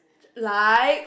like